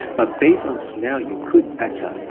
but based on smell, you could better.